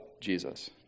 Jesus